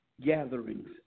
gatherings